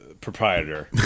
proprietor